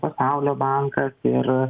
pasaulio bankas ir